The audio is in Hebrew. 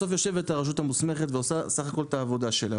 בסוף יושבת הרשות המוסמכת ועושה בסך הכל את העבודה שלה,